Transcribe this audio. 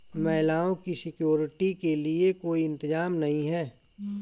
महिलाओं की सिक्योरिटी के लिए कोई इंतजाम नहीं है